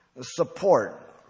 support